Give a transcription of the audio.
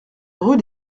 rue